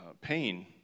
pain